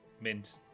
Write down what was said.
mint